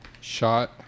shot